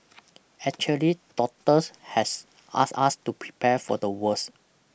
actually doctors has asked us to prepare for the worst